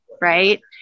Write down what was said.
right